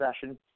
session